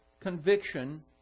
conviction